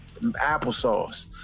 applesauce